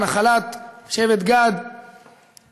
על נחלת השבטים ראובן,